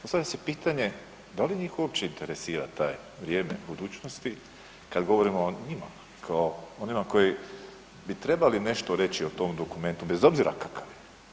Postavlja se pitanje da li njih uopće interesira taj, vrijeme budućnosti kad govorim o njima kao onima koji bi trebali nešto reći o tom dokumentu, bez obzira kakav je.